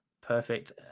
Perfect